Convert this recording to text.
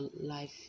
life